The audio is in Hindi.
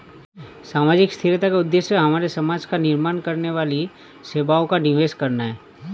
सामाजिक स्थिरता का उद्देश्य हमारे समाज का निर्माण करने वाली सेवाओं का निवेश करना है